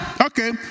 Okay